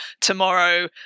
tomorrow